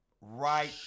Right